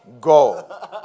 Go